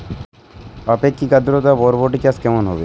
আপেক্ষিক আদ্রতা বরবটি চাষ কেমন হবে?